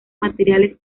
materiales